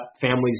families